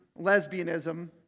lesbianism